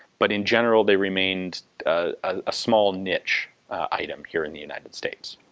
but in general they remained a small niche item here in the united states.